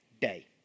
day